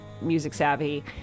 music-savvy